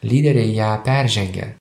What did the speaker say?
lyderiai ją peržengia